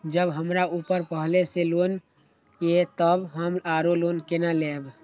जब हमरा ऊपर पहले से लोन ये तब हम आरो लोन केना लैब?